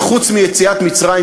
אם חוץ מיציאת מצרים,